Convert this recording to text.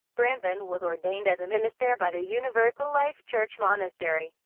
branson was ordained as a minister by the universal life church monastery.